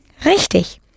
Richtig